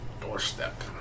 doorstep